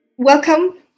Welcome